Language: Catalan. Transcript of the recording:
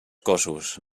cossos